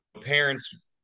parents